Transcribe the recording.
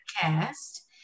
cast